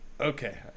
okay